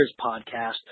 podcast